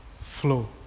flow